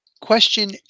Question